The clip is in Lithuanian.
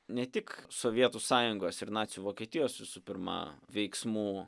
ne tik sovietų sąjungos ir nacių vokietijos visų pirma veiksmų